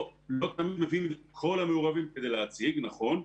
לא תמיד מביאים את כל המעורבים כדי להציג, נכון,